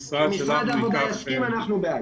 שמשרד העבודה יסכים לדבר הזה, אנחנו בעד.